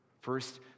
First